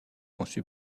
conçue